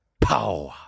power